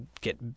get